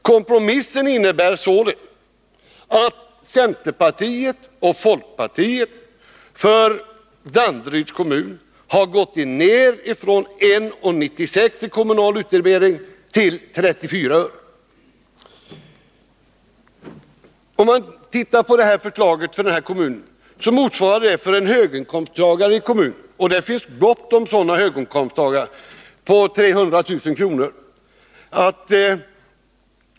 Kompromissen innebär således att centerpartiet och folkpartiet när det gäller Danderyds kommun har gått ner från 1:96 kr. i kommunal utdebitering till 34 öre. Kompromissen innebär att en höginkomsttagare i kommunen, och det finns gott om sådana med 300 000 kr.